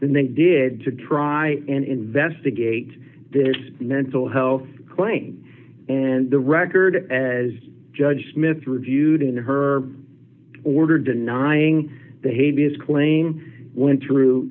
than they did to try and investigate their mental health claim and the record as judge smith reviewed in her order denying the hades claim went through